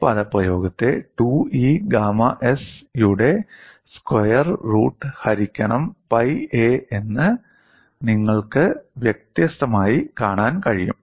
ഈ പദപ്രയോഗത്തെ 2E gamma s യുടെ സ്ക്വയർ റൂട്ട് ഹരിക്കണം പൈ a എന്ന് നിങ്ങൾക്ക് വ്യത്യസ്തമായി കാണാൻ കഴിയും